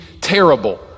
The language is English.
terrible